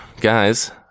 Guys